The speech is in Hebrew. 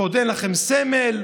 ועוד אין לכם סמל,